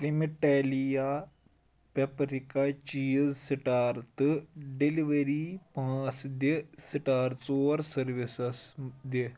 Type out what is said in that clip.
کرِٛمِٹیلیا paprika چیٖز star تہٕ delivery پانٛژھ دِ سٹار ژور سروسس دِ